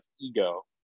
ego